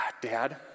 Dad